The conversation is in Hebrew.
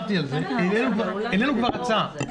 העלינו כבר הצעה.